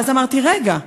ואז אמרתי: רגע,